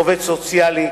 עובד סוציאלי,